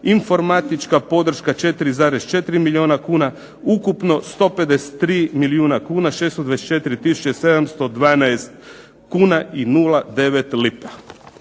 informatička podrška 4,4 milijuna kuna, ukupno 153 milijuna kuna 624 tisuće 712 kuna i 09 lipa.